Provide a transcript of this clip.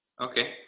Okay